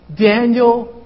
Daniel